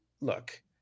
look